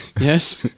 yes